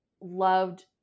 loved